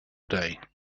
day